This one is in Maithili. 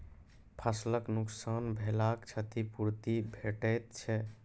फसलक नुकसान भेलाक क्षतिपूर्ति भेटैत छै?